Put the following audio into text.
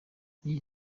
iyi